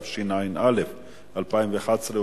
התשע"א 2011,